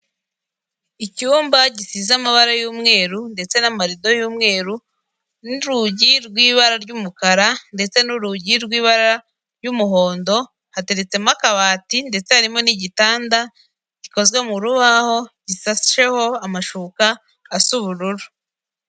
Icyumba gisize amabara y'umweru ndetse n'amarido y'umweru n'urugi rw'ibara ry'umukara ndetse n'urugi rw'ibara ry'umuhondo hateretsemo akabati ndetse harimo n'igitanda gikozwe mu rubaho gisashweho amashuka asa ubururu.